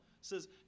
says